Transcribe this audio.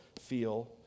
feel